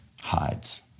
hides